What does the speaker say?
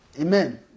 Amen